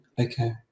Okay